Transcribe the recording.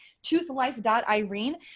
toothlife.irene